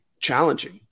challenging